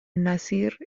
nasr